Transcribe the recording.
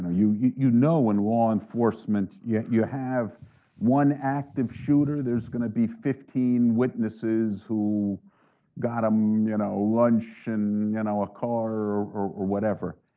you, you know when law enforcement, yeah you have one active shooter, there's going to be fifteen witnesses who got him you know lunch and you know a car or whatever.